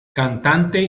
cantante